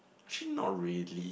actually not really